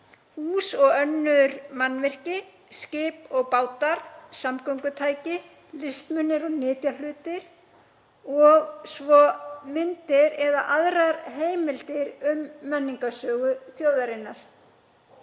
hús og önnur mannvirki, skip og bátar, samgöngutæki, listmunir og nytjahlutir, svo og myndir eða aðrar heimildir um menningarsögu þjóðarinnar.